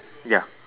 ya